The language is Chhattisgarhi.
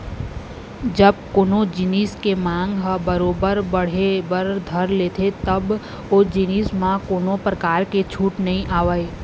जब कोनो जिनिस के मांग ह बरोबर बढ़े बर धर लेथे तब ओ जिनिस म कोनो परकार के छूट नइ आवय